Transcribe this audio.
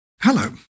Hello